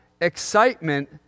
excitement